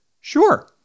Sure